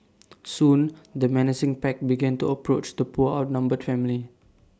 soon the menacing pack began to approach the poor outnumbered family